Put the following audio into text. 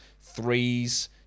threes